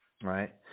Right